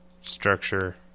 structure